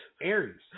Aries